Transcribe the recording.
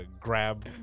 grab